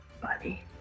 Buddy